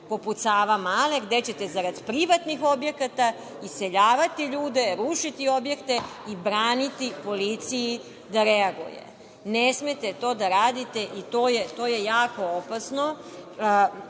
poput Savamale gde ćete zarad privatnih objekata iseljavati ljude, rušiti objekte i braniti policiji da reaguje. Ne smete to da radite i to je jako